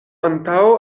antaŭ